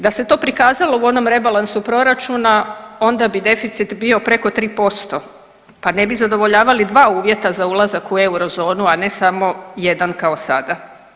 Da se to prikazalo u onom rebalansu proračuna onda bi deficit bio preko 3%, pa ne bi zadovoljavali dva uvjeta za ulazak u eurozonu, a ne samo jedan kao sada.